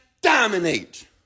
dominate